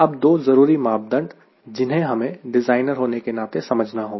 अब दो जरूरी मापदंड है जिन्हें हमें डिज़ाइनर होने के नाते समझना होगा